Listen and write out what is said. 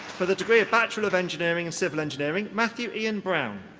for the degree of bachelor of engineering in civil engineering, matthew ian brown.